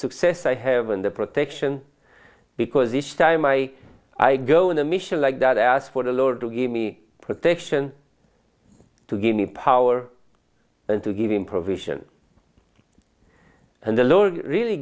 success i have and the protection because each time i i go on a mission like that i asked for the lord to give me protection to give me power and to give him provision and the lord really